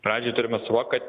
pradžioj turime suvokt kad